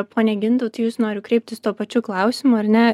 pone gintautai į jūs noriu kreiptis tuo pačiu klausimu ar ne